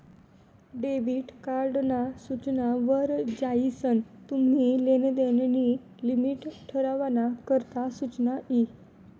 debit card ना सूचना वर जायीसन तुम्ही लेनदेन नी लिमिट ठरावाना करता सुचना यी